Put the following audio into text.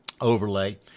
overlay